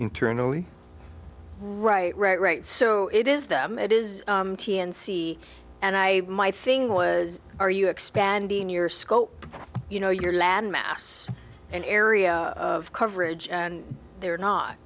internally right right right so it is them it is and c and i my thing was are you expanding your scope you know your land mass and area of coverage and they're not